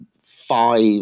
five